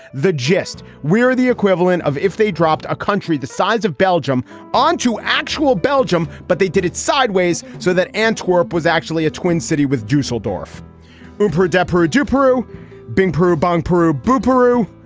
the gist we are the equivalent of if they dropped a country the size of belgium on to actual belgium, but they did it sideways so that antwerp was actually a twin city with duesseldorf per adepero to peru being peru. bang peru, boom, peru.